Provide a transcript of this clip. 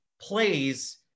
plays